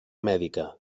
mèdica